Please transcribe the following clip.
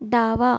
डावा